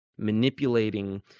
manipulating